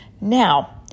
now